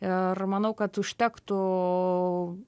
ir manau kad užtektų